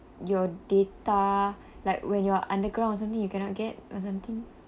your data like when you are underground or something you cannot get or something